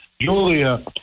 Julia